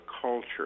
culture